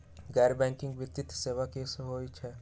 गैर बैकिंग वित्तीय सेवा की होअ हई?